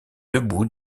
debout